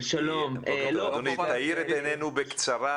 תאיר את עינינו בקצרה,